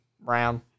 Brown